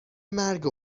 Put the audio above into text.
مرگ